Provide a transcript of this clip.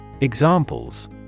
Examples